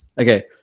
Okay